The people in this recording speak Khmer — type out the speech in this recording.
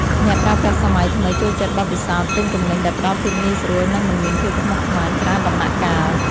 អ្នកប្រើប្រាស់សម័យថ្មីចូលចិត្តបទពិសោធន៍ទិញទំនិញដែលផ្តល់ភាពងាយស្រួល និងមិនមានភាពស្មុគស្មាញច្រើនដំណាក់កាល។